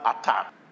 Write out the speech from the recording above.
attack